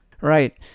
Right